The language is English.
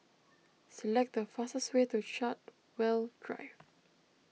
select the fastest way to Chartwell Drive